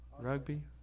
Rugby